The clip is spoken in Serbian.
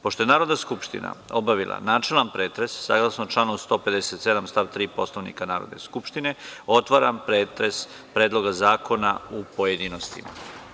Pošto je Narodna skupština obavila načelni pretres, saglasno članu 157. stav 3. Poslovnika Narodne skupštine, otvaram pretres Predloga zakona u pojedinostima.